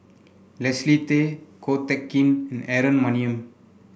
Leslie Tay Ko Teck Kin Aaron Maniam